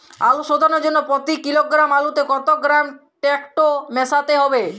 আলু শোধনের জন্য প্রতি কিলোগ্রাম আলুতে কত গ্রাম টেকটো মেশাতে হবে?